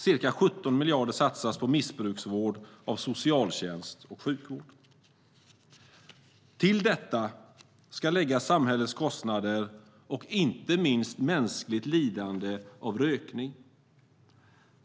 Ca 17 miljarder satsas på missbruksvård av socialtjänst och sjukvård. Till detta ska läggas samhällets kostnader och inte minst mänskligt lidande av rökning.